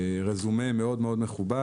רזומה מאוד מאוד מכובד,